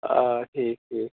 آ ٹھیٖک ٹھیٖک